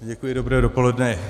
Děkuji, dobré dopoledne.